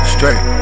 Straight